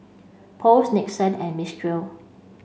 Post Nixon and Mistral